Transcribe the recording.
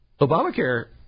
Obamacare